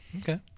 Okay